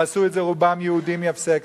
ועשו את זה, רובם יהודים יבסקצים.